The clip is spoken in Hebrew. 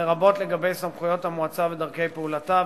לרבות לגבי סמכויות המועצה ודרכי פעולתה,